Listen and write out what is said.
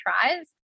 tries